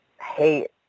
hate